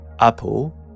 Apple